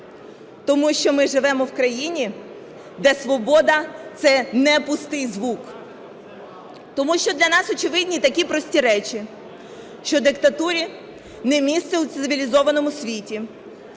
Тому що ми живемо в країні, де свобода – це не пустий звук. Тому що для нас очевидні такі прості речі: що диктатурі не місце у цивілізованому світі,